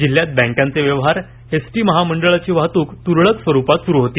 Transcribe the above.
जिल्ह्यात बँकांचे व्यवहार एसटी महामंडळाची वाहतूक तूरळक स्वरूपात सुरू होती